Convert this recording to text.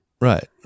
Right